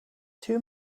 two